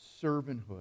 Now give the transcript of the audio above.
servanthood